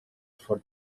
for